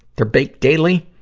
they're baked daily.